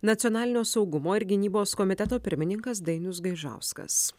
nacionalinio saugumo ir gynybos komiteto pirmininkas dainius gaižauskas